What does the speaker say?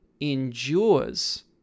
endures